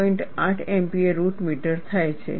8 MPa root metre થાય છે